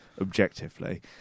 objectively